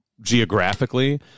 geographically